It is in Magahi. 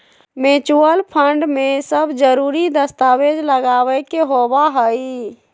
म्यूचुअल फंड में सब जरूरी दस्तावेज लगावे के होबा हई